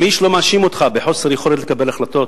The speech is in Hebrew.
גם איש לא מאשים אותך בחוסר יכולת לקבל החלטות,